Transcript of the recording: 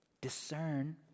discern